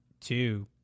two